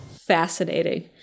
fascinating